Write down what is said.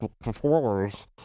performers